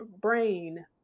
brain